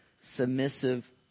submissive